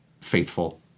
faithful